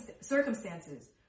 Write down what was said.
circumstances